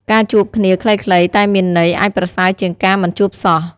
ការជួបគ្នាខ្លីៗតែមានន័យ អាចប្រសើរជាងការមិនជួបសោះ។